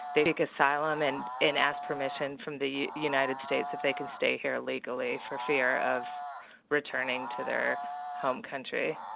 they seek asylum and and ask permission from the united states if they can stay here legally for fear of returning to their home country.